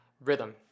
Rhythm